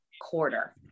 quarter